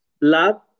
love